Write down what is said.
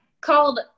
called